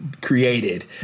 Created